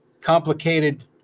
Complicated